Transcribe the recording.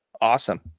Awesome